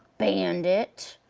bandit,